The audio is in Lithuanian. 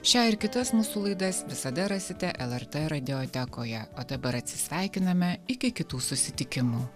šią ir kitas mūsų laidas visada rasite lrt radiotekoje o dabar atsisveikiname iki kitų susitikimų